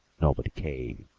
nobody came.